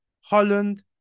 Holland